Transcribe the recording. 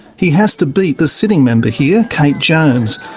he has to beat the sitting member here, kate jones,